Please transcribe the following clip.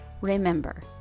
Remember